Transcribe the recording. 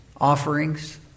offerings